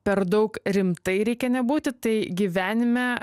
per daug rimtai reikia nebūti tai gyvenime